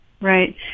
Right